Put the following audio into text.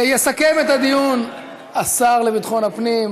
יסכם את הדיון השר לביטחון הפנים,